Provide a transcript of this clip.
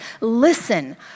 listen